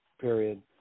period